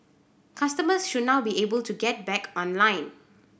customers should now be able to get back online